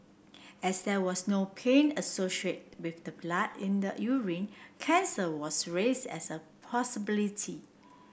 as there was no pain associated with the blood in the urine cancer was raised as a possibility